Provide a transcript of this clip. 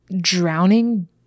drowning